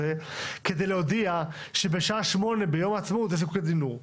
כדי להודיע שבשעה 8 ביום העצמאות יש זיקוקי די-נור.